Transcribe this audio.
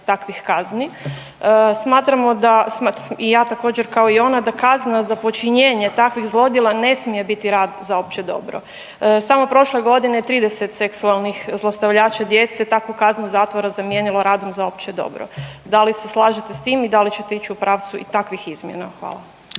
takvih kazni, smatramo i ja također kao i ona da kazna za počinjenje takvih zlodjela ne smije biti rad za opće dobro. Samo prošle godine 30 seksualnih zlostavljača djece takvu kaznu zatvora zamijenilo radom za opće dobro. Da li se slažete s tim i da li ćete ići u pravcu i takvih izmjena? Hvala.